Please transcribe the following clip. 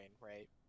right